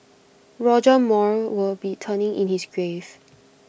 Roger Moore would be turning in his grave